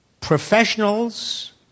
professionals